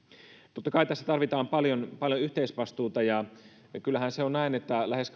totta kai tässä tarvitaan paljon paljon yhteisvastuuta ja kyllähän se on näin että lähes